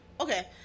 Okay